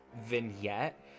vignette